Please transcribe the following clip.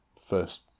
first